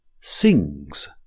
sings